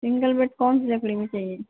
single bed कौन सी लकड़ी में चाहिए